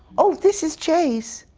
oh, this is jay's.